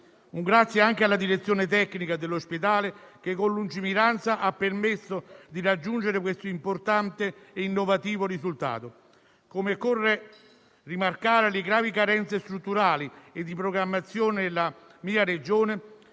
Un grazie anche alla direzione tecnica dell'ospedale, che, con lungimiranza, ha permesso di raggiungere questo importante e innovativo risultato. Così come occorre rimarcare le gravi carenze strutturali e di programmazione nella mia Regione,